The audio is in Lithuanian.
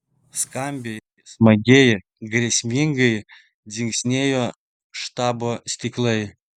skambiai smagiai grėsmingai dzingsėjo štabo stiklai